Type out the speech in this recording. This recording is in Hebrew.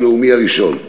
הראשון.